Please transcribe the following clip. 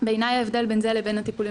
בעיניי ההבדל בין זה לבין הטיפולים